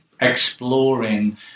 exploring